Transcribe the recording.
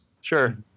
Sure